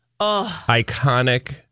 iconic